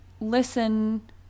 listen